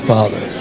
Father